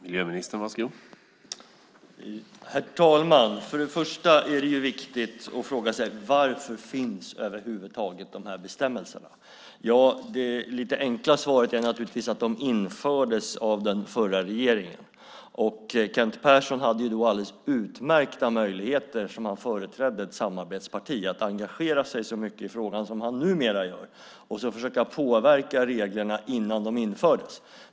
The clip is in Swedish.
Herr talman! För det första är det viktigt att fråga sig varför de här bestämmelserna finns över huvud taget. Det lite enkla svaret är naturligtvis att de infördes av den förra regeringen. Kent Persson hade då alldeles utmärkta möjligheter, eftersom han företrädde ett samarbetsparti, att engagera sig så mycket i frågan som han numera gör och försöka påverka reglerna innan de infördes.